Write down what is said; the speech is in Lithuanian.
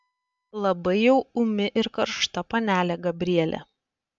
labai jau ūmi ir karšta panelė gabrielė